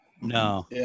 No